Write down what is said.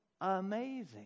amazing